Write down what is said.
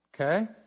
Okay